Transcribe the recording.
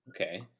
okay